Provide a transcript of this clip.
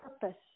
purpose